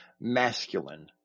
masculine